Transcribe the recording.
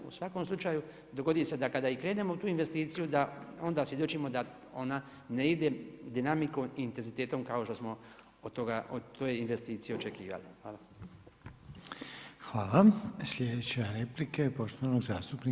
U svakom slučaju dogodi se da kada i krenemo u tu investiciju da onda svjedočimo da ona ne ide dinamikom i intenzitetom kao što smo o toj investiciji i očekivali.